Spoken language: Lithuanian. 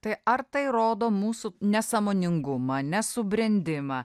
tai ar tai rodo mūsų nesąmoningumą nesubrendimą